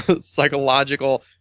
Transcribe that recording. psychological